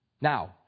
Now